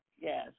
Yes